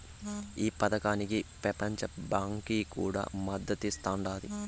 ఈ పదకానికి పెపంచ బాంకీ కూడా మద్దతిస్తాండాది